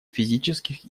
физических